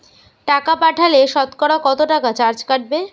টাকা পাঠালে সতকরা কত টাকা চার্জ কাটবে?